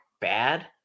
bad